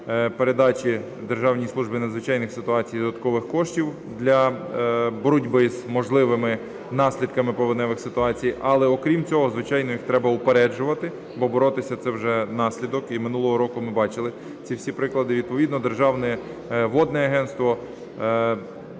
передачі Державній службі надзвичайних ситуацій додаткових коштів для боротьби з можливими наслідками повеневих ситуацій. Але окрім цього, звичайно, їх треба упереджувати, бо боротися – це вже наслідок, і минулого року ми бачили ці всі приклади. Відповідно Державне водне агентство,